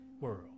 world